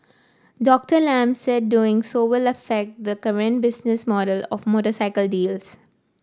Doctor Lam said doing so will affect the current business model of motorcycle dealers